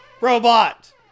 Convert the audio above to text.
robot